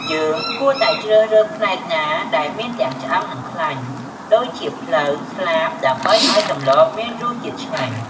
យើងគួរតែជ្រើសរើសផ្នែកណាដែលមានទាំងឆ្អឹង និងខ្លាញ់ ដូចជាភ្លៅ ស្លាប ដើម្បីឱ្យសម្លមានរសជាតិឆ្ងាញ់។